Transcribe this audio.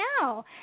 now